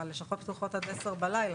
הלשכות פתוחות עד עשר בלילה.